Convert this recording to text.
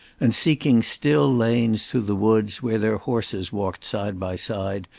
and seeking still lanes through the woods where their horses walked side by side,